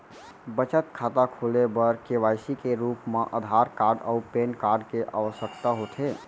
बचत खाता खोले बर के.वाइ.सी के रूप मा आधार कार्ड अऊ पैन कार्ड के आवसकता होथे